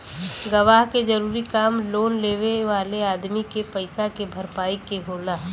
गवाह के जरूरी काम लोन लेवे वाले अदमी के पईसा के भरपाई के होला